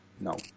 no